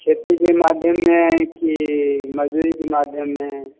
खेतीके माध्यममे कि मजदूरीके माध्यममे